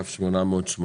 (כ/880)